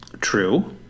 True